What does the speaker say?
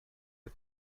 the